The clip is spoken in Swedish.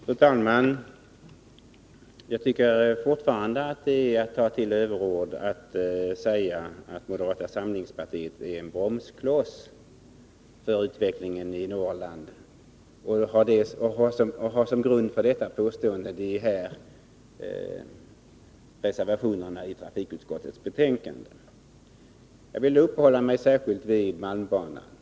Fru talman! Jag tycker fortfarande att det är att ta till överord att säga att moderata samlingspartiet är en bromskloss för utvecklingen i Norrland och att som grund för detta påstående ha reservationerna i trafikutskottets betänkande. Jag vill uppehålla mig särskilt vid malmbanan.